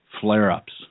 flare-ups